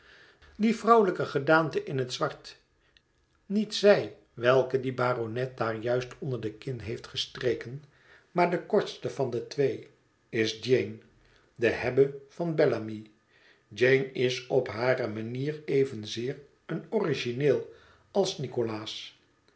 die vrouwelijke gedaante in het zwart niet zij welke die baronet daar juist onderde kin heeft gestreken maar de kortste van de twee is jane de hebe van bellamy jane is op hare manier evenzeer een origineel als